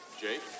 Jake